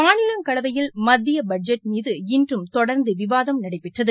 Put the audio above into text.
மாநிலங்களவையில் மத்திய பட்ஜெட் மீது இன்றும் தொடர்ந்து விவாதம் நடைபெற்றது